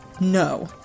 no